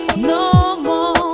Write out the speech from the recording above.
no more